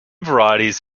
varieties